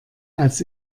als